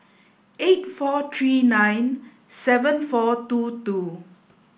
eight four three nine seven four two two